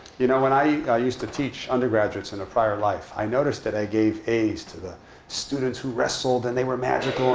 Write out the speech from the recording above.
you know when i i used to teach undergraduates, in a prior life, i noticed that i gave as to the students who wrestled. and they were magical